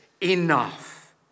enough